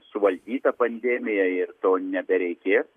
suvaldyta pandemija ir to nebereikės